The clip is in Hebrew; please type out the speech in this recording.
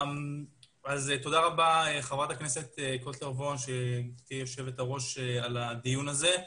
להתחבר לחלק מהדברים שעלו כאן ובעיקר